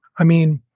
i mean,